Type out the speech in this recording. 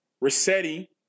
Rossetti